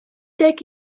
deg